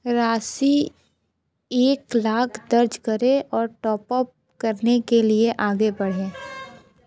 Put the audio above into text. राशि एक लाख दर्ज करें और टॉप अप करने के लिए आगे बढ़ें